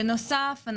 בנוסף,